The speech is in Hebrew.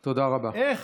איך?